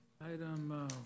Item